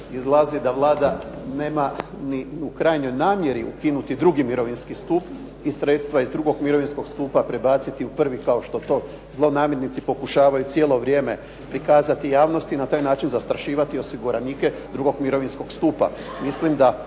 izlazi da Vlada nema ni u krajnjoj namjeri ukinuti drugi mirovinski stup i sredstva iz drugog mirovinskog stupa prebaciti u prvi kao što to zlonamjernici pokušavaju cijelo vrijeme prikazati javnosti i na taj način zastrašivati osiguranike drugog mirovinskog stupa. Mislim da